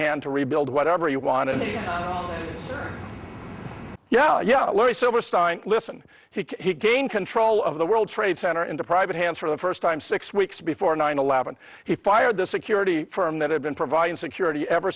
hand to rebuild whatever you want and yeah yeah larry silverstein listen he gained control of the world trade center into private hands for the first time six weeks before nine eleven he fired the security firm that had been providing security ever